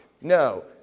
No